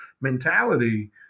mentality